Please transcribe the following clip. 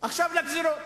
עכשיו לגזירות.